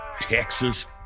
Texas